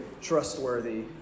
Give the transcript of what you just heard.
trustworthy